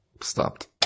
Stopped